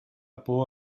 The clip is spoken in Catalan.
por